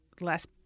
Less